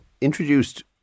introduced